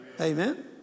Amen